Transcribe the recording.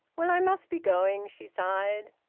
well, i must be going, she sighed.